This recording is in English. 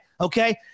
Okay